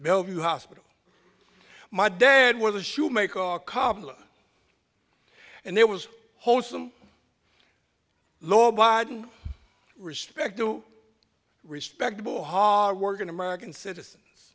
bellevue hospital my dad was a shoemaker cobbler and there was wholesome law abiding respect to respectable hardworking american citizens